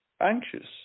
anxious